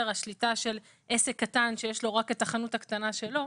השליטה של עסק קטן שיש לו רק את החנות הקטנה שלו,